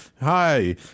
Hi